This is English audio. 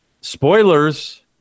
spoilers